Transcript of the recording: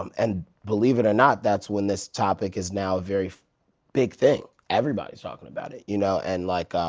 um and believe it or not, that's when this topic is now a very big thing, everybody's talking about it, you know? and like ah